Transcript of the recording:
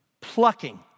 Plucking